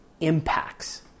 impacts